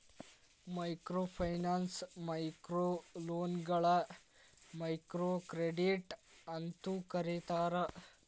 microfinance ಮೈಕ್ರೋಲೋನ್ಗಳ microcredit ಅಂತೂ ಕರೇತಾರ